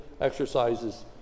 exercises